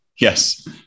Yes